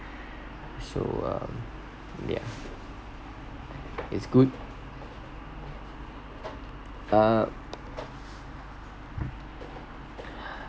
so um yeah it's good uh